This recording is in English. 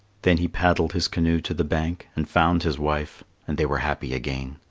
then he paddled his canoe to the bank, and found his wife, and they were happy again.